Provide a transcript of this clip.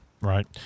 right